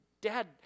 Dad